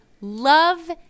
love